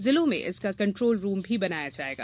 जिलों में इसका कन्ट्रोल रूम भी बनाया जाएगा